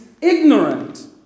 ignorant